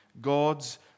God's